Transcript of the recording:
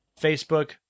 Facebook